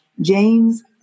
James